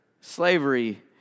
slavery